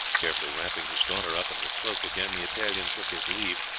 carefully wrapping his daughter up in her cloak again, the italian took his leave,